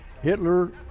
Hitler